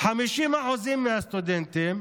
50% מהסטודנטים